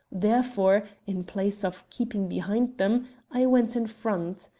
therefore, in place of keeping behind them i went in front.